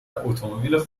اتومبیل